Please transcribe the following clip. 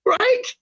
Right